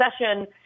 session